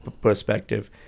perspective